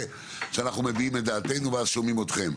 שאנחנו מביעים את דעתנו ואז שומעים אתכם.